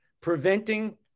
preventing